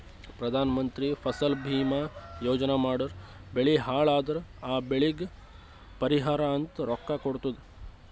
ಪ್ರಧಾನ ಮಂತ್ರಿ ಫಸಲ ಭೀಮಾ ಯೋಜನಾ ಮಾಡುರ್ ಬೆಳಿ ಹಾಳ್ ಅದುರ್ ಆ ಬೆಳಿಗ್ ಪರಿಹಾರ ಅಂತ ರೊಕ್ಕಾ ಕೊಡ್ತುದ್